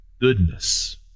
Goodness